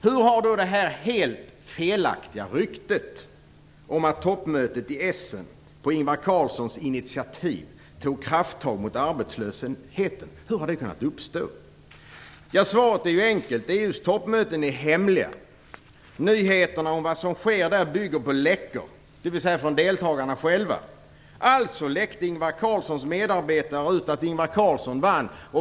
Hur har då detta felaktiga rykte kunnat uppstå, att toppmötet i Essen på Ingvar Carlssons initiativ tog krafttag mot arbetslösheten? Svaret är enkelt: EU:s toppmöten är hemliga. Nyheterna om vad som sker där bygger på läckor, dvs. läckor från deltagarna själva. Alltså läckte Ingvar Carlssons medarbetare ut att Ingvar Carlsson vann.